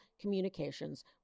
communications